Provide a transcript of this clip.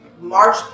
march